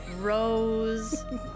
rose